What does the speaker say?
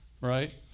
right